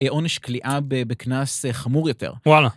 עונש קליעה בקנס חמור יותר... וואלה!